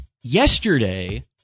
yesterday